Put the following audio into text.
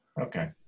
Okay